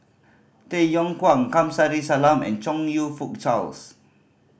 Tay Yong Kwang Kamsari Salam and Chong You Fook Charles